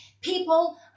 People